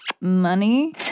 money